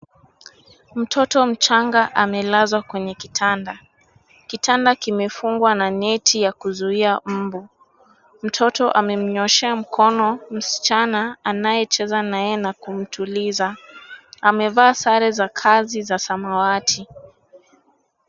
Mtoto mchanga amelazwa kwenye kitanda. Kitanda kimefungwa na neti ya kuzuia mbu. Mtoto amemnyoshea mkono, msichana, anayecheza naye na kumtuliza. Amevaa sare za kazi za samawati.